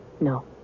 No